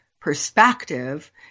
perspective